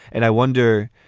and i wonder,